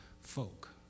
folk